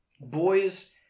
Boys